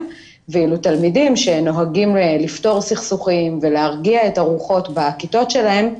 ותלמידים שנוהגים לפתור סכסוכים ולהרגיע את הרוחות והכיתות שלהם,